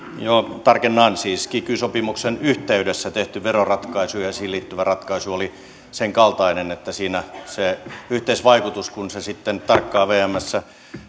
joo tarkennan siis kiky sopimuksen yhteydessä tehty veroratkaisu ja ja siihen liittyvä ratkaisu olivat sen kaltaisia että siinä se yhteisvaikutus kun se sitten tarkkaan vmssä